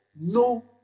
no